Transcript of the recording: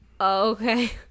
Okay